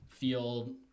feel